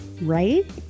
Right